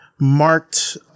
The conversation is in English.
marked